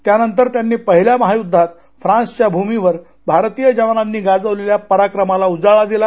त्यानंतर त्यांनी पहिल्या महायुद्धात फ्रान्सच्या भूमीवर भारतीय जवानांनी गाजवलेल्या पराक्रमाला उजाळा दिला